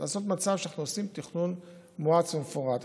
לעשות מצב שאנחנו עושים תכנון מואץ ומפורט.